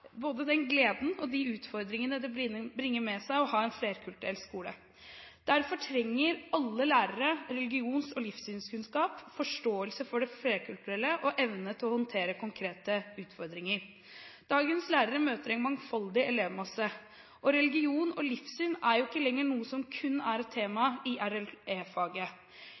både den gleden og de utfordringene det bringer med seg å ha en flerkulturell skole. Derfor trenger alle lærere religions- og livssynskunnskap, forståelse for det flerkulturelle og evne til å håndtere konkrete utfordringer. Dagens lærere møter en mangfoldig elevmasse, og religion og livssyn er jo ikke lenger noe som kun er et tema i